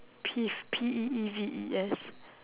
peeve P E E V E S